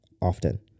often